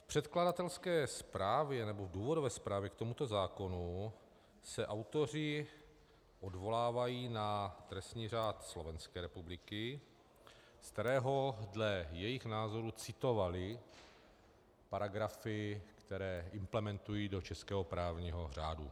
V předkladatelské nebo v důvodové zprávě k tomuto zákonu se autoři odvolávají na trestní řád Slovenské republiky, z kterého dle jejich názoru citovali paragrafy, které implementují do českého právního řádu.